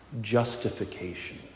justification